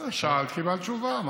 שאלת, קיבלת תשובה.